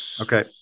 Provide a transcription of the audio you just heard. okay